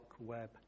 web